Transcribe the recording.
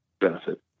benefit